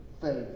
faith